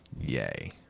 Yay